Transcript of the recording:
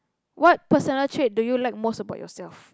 what personal trait do you like most about yourself